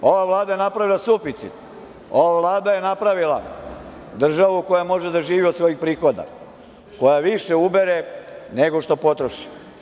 Ova Vlada je napravila suficit, ova je Vlada napravila državu koja može da živi od svojih prihoda, koja više ubere nego što potroši.